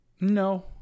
No